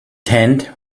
tent